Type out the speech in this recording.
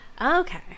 Okay